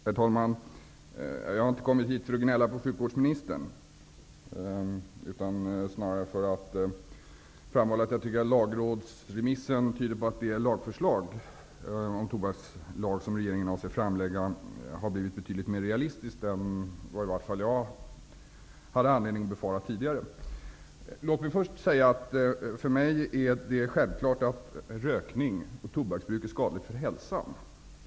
Herr talman! Jag har inte kommit hit för att gnälla på sjukvårdsministern utan snarare för att framhålla att jag tycker att lagrådsremissen tyder på att det förslag till tobakslag som regeringen avser att framlägga har blivit betydligt mera realistiskt än vad i varje fall jag hade anledning att befara tidigare. Låt mig först säga att det för mig är självklart att rökning och tobaksbruk är skadliga för hälsan.